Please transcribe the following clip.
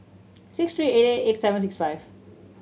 six three eight eight eight seven six five